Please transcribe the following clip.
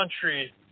country